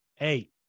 Eight